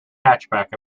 hatchback